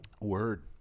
Word